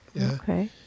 Okay